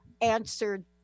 answered